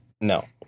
No